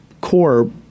core